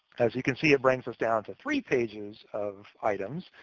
as you can see, it brings us down to three pages of items,